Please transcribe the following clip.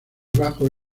bajos